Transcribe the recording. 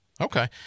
Okay